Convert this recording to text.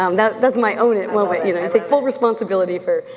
um that's that's my own it moment. you know i take full responsibility for,